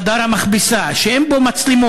לחדר המכבסה, שאין בו מצלמות.